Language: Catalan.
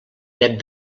net